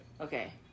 Okay